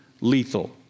Lethal